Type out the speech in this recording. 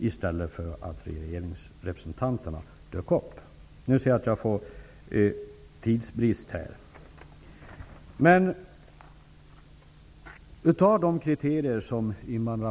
Invandrarministern har redogjort för flera kriterier.